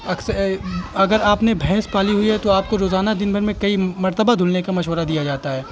اکثر اگر آپ نے بھینس پالی ہوئی ہے تو آپ کو روزانہ دن بھر میں کئی مرتبہ دھلنے کا مشورہ دیا جاتا ہے